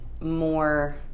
more